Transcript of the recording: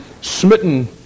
smitten